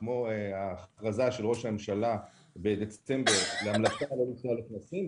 כמו ההמלצה של ראש הממשלה בדצמבר שלא לנסוע לכנסים,